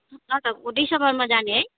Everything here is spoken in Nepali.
डिसम्बरमा जाने है